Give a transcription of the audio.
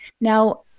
Now